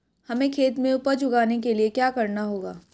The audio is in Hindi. हमें खेत में उपज उगाने के लिये क्या करना होगा?